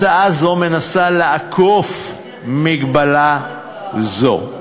הצעה זאת מנסה לעקוף מגבלה זאת.